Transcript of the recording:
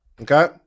Okay